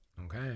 Okay